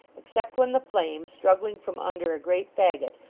except when the flame, struggling from under a great faggot,